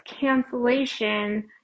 cancellation